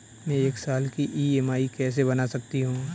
मैं एक साल की ई.एम.आई कैसे बना सकती हूँ?